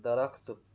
درخت